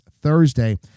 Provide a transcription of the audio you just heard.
Thursday